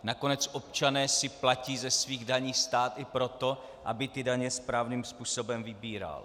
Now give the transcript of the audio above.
Nakonec občané si platí ze svých daní stát i proto, aby daně správným způsobem vybíral.